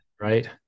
right